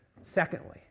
Secondly